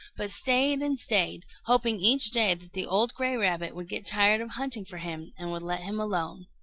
but stayed and stayed, hoping each day that the old gray rabbit would get tired of hunting for him, and would let him alone.